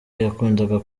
yakundaga